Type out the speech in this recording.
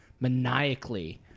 maniacally